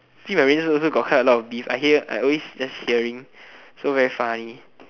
actually my rangers also got quite a lot of beef I hear I always just hearing so very funny